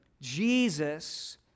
Jesus